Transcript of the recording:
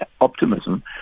optimism